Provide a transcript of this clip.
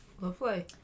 Lovely